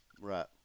Right